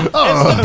oh!